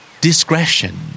Discretion